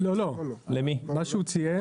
מה שהוא ציין,